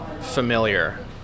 familiar